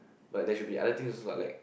but there should be other things also lah like